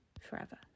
forever